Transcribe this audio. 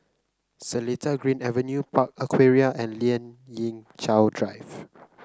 Seletar Green Avenue Park Aquaria and Lien Ying Chow Drive